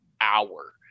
hour